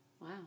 Wow